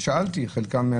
שאלתי את חלקם: